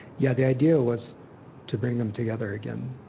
yeah. the idea was to bring them together again.